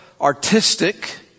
artistic